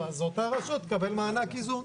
אז אותה רשות תקבל מענק איזון.